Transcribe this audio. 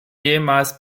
ehemals